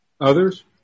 Others